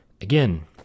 again